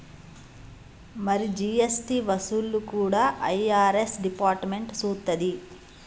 మరి జీ.ఎస్.టి వసూళ్లు కూడా ఐ.ఆర్.ఎస్ డిపార్ట్మెంట్ సూత్తది